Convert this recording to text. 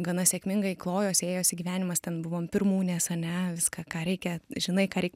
gana sėkmingai klojosi ėjosi gyvenimas ten buvom pirmūnės ane viską ką reikia žinai ką reik